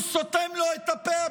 הוא סותם לו את הפה,